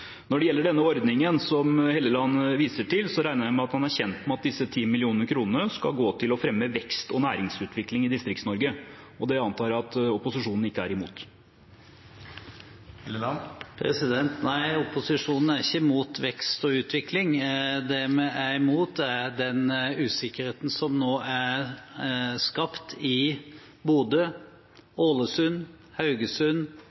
Når det gjelder ordningen som Helleland viser til, regner jeg med at han er kjent med at disse 10 mill. kr skal gå til å fremme vekst og næringsutvikling i Distrikts-Norge. Det antar jeg opposisjonen ikke er imot. Nei, opposisjonen er ikke imot vekst og utvikling. Det vi er imot, er den usikkerheten som nå er skapt i